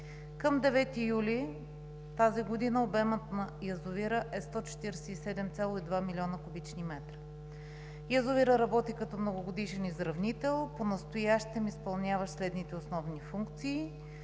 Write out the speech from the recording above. Към 9 юли тази година обемът на язовира е 147,2 млн. куб. м. Язовирът работи като многогодишен изравнител, понастоящем изпълняващ следите основни функции: